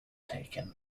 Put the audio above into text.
taken